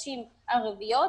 איכותיות.